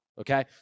Okay